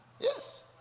Yes